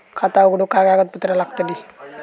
खाता उघडूक काय काय कागदपत्रा लागतली?